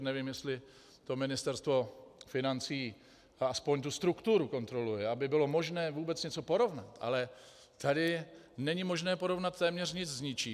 Nevím, jestli to Ministerstvo financí, aspoň tu strukturu, kontroluje, aby bylo možné vůbec něco porovnat, ale tady není možné porovnat téměř nic s ničím.